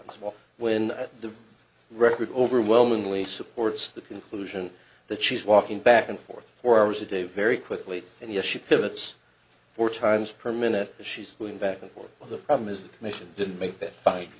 possible when the record overwhelmingly supports the conclusion that she's walking back and forth four hours a day very quickly and yes she pivots four times per minute if she's going back and forth but the problem is the commission didn't make that fight